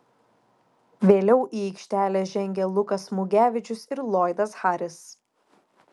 vėliau į aikštelę žengė lukas mugevičius ir loydas harris